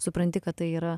supranti kad tai yra